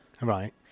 Right